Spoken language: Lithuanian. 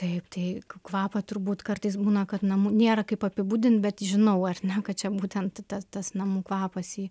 taip tai kvapą turbūt kartais būna kad namų nėra kaip apibūdinti bet žinau ar ne kad čia būtent ta tas namų kvapas jį